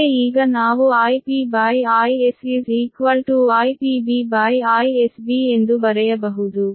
ಮುಂದೆ ಈಗ ನಾವು IpIs IpBIsB ಎಂದು ಬರೆಯಬಹುದು